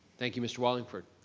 thank you mr. wallingford.